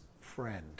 friend